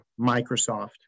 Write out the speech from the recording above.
Microsoft